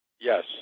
Yes